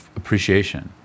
appreciation